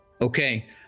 Okay